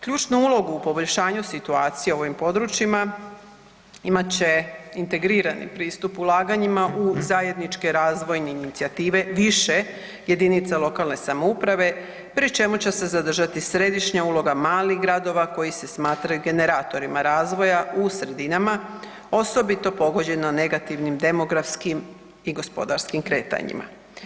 Ključnu ulogu u poboljšanju situacije u ovim područjima imat će integrirani pristup ulaganjima u zajedničke razvojne inicijative više jedinica lokalne samouprave pri čemu će se zadržati središnja uloga malih gradova koji se smatraju generatorima razvoja u sredinama osobito pogođeno negativnim demografskim i gospodarskim kretanjima.